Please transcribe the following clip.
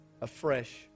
afresh